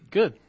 Good